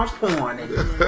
porn